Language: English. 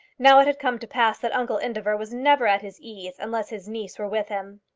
now it had come to pass that uncle indefer was never at his ease unless his niece were with him.